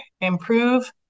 improve